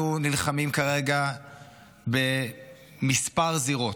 אנחנו נלחמים כרגע בכמה זירות,